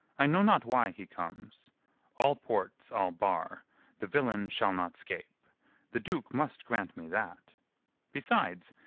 i know not why he comes all ports i'll bar the villain shall not scape the duke must grant me that besides,